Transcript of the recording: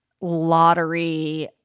lottery